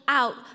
out